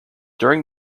during